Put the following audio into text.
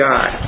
God